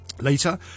Later